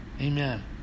amen